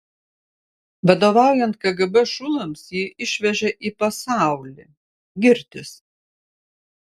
vadovaujant kgb šulams jį išvežė į pasaulį girtis